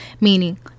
Meaning